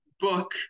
book